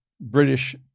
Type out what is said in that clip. British